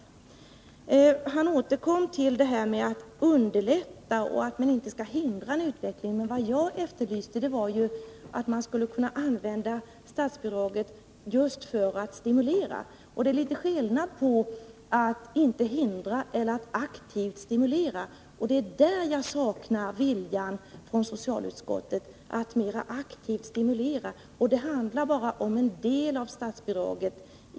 Ingemar Eliasson återkom till att man skall underlätta och inte hindra en utveckling, men vad jag efterlyste var att man skulle kunna använda statsbidraget just för att stimulera. Det är litet skillnad på att inte hindra och att aktivt stimulera. Jag saknar viljan från socialutskottets sida att mera aktivt stimulera. Det handlar bara om en del av statsbidraget.